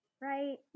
right